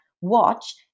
watch